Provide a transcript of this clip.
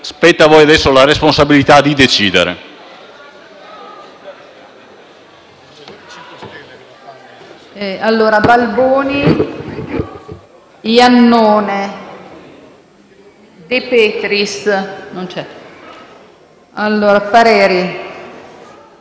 Spetta a voi, adesso, la responsabilità di decidere.